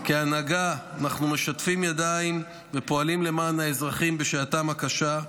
כהנהגה אנחנו משתפים ידיים ופועלים למען האזרחים בשעתם הקשה.